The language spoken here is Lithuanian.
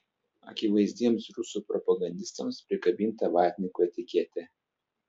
akivaizdiems rusų propagandistams prikabinta vatnikų etiketė